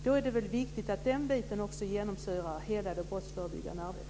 Det är väl viktigt att den biten genomsyrar hela det brottsförebyggande arbetet?